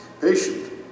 Patient